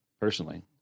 personally